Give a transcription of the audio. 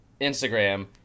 Instagram